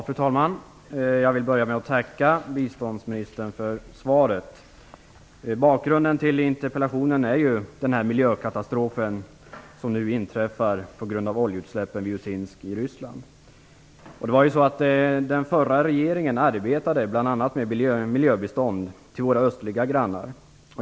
Fru talman! Jag vill börja med att tacka biståndsministern för svaret. Bakgrunden till interpellationen är den miljökatastrof som nu inträffar på grund av oljeutsläppen i Den förra regeringen arbetade bl.a. med miljöbistånd till våra östliga grannar.